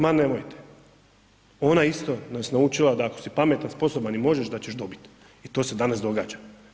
Ma nemojte, ona isto nas naučila da ako si pametan, sposoban i možeš da ćeš dobiti i to se danas događa.